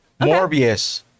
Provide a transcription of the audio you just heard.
Morbius